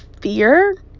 fear